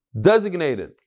designated